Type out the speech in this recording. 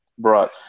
Brought